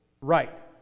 Right